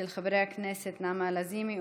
של חברי הכנסת נעמה לזימי,